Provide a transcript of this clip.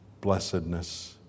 blessedness